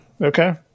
Okay